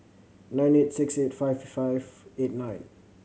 nine eight six eight five five eight nine